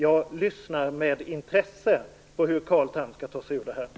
Jag lyssnar med intresse på hur Carl Tham skall ta sig ur detta.